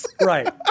Right